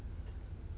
mm